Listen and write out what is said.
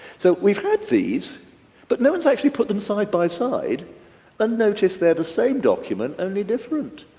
so we've had these but no one's actually put them side-by-side and noticed they're the same document, only different!